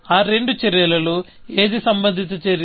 ఆ రెండు చర్యలలో ఏది సంబంధిత చర్య